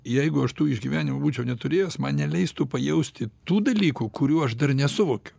jeigu aš tų išgyvenimų būčiau neturėjęs man neleistų pajausti tų dalykų kurių aš dar nesuvokiu